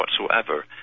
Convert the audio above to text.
whatsoever